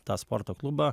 tą sporto klubą